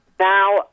now